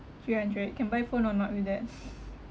three hundred can buy phone or not with that